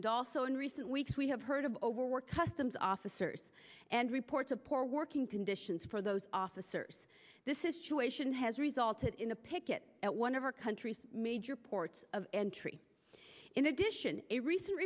dol so in recent weeks we have heard of overworked customs officers and reports of poor working conditions for those officers the situation has resulted in a picket at one of our country's major ports of entry in addition a recent